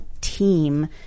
team